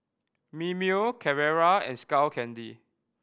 Mimeo Carrera and Skull Candy